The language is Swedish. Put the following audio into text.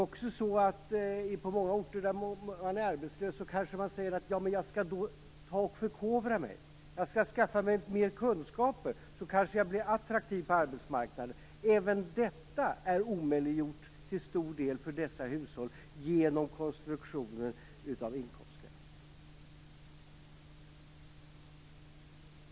På många orter där det finns arbetslösa kanske man säger att man skall förkovra sig, att man skall skaffa sig mer kunskaper så att man kanske blir attraktiv på arbetsmarknaden. Även detta har till stor del omöjliggjorts för dessa hushåll genom konstruktionen av inkomstgränserna.